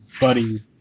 Buddy